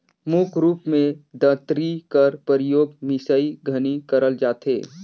मुख रूप मे दँतरी कर परियोग मिसई घनी करल जाथे